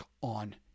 on